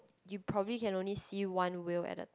you probably can only see one whale at a